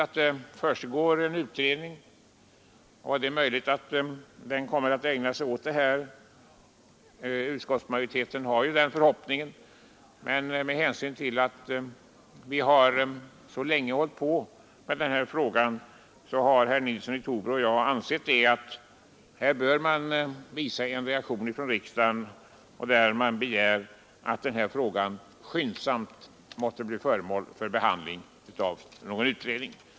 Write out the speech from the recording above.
Nu är det väl riktigt att en utredning pågår, och det är möjligt att den kommer att ägna sig åt detta problem — utskottsmajoriteten har ju den förhoppningen. Men med hänsyn till att vi så länge hållit på med den här frågan har herr Nilsson i Trobro och jag ansett att man bör visa en reaktion från riksdagens sida och begära att frågan skyndsamt måtte bli föremål för behandling av någon utredning.